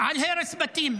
על הרס בתים.